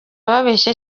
babeshya